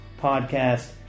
podcast